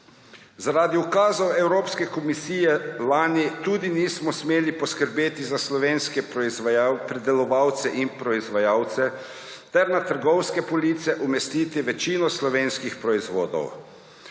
Zaradi ukazov Evropske komisije lani tudi nismo smeli poskrbeti za slovenske pridelovalce in proizvajalce ter na trgovske police umestiti večino slovenskih proizvodov.